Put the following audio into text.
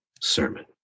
Sermon